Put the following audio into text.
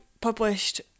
published